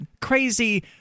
crazy